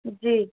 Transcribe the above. جی